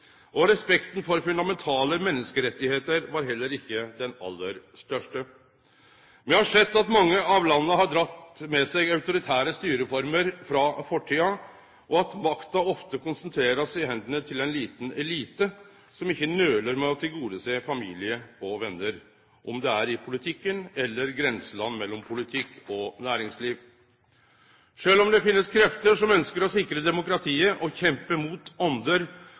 og respekten for fundamentale menneskerettar var heller ikkje den aller største. Me har sett at mange av landa har drege med seg autoritære styreformer frå fortida, og at makta ofte blir konsentrert i hendene til ein liten elite, som ikkje nøler med å tilgodesjå familie og vener, om det er i politikken eller i grenselandet mellom politikk og næringsliv. Sjølv om det finst krefter som ønskjer å sikre demokratiet og kjempe mot